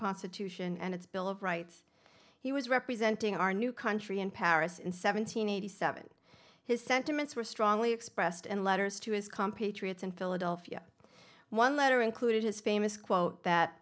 constitution and its bill of rights he was representing our new country in paris in seventeen eighty seven his sentiments were strongly expressed in letters to his compatriots in philadelphia one letter included his famous quote that